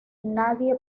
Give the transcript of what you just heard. nadie